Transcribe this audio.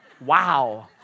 Wow